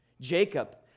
Jacob